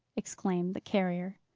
exclaimed the carrier.